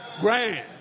Grand